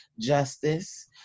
justice